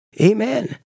amen